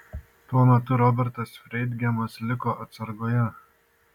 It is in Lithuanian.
tuo metu robertas freidgeimas liko atsargoje